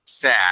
sad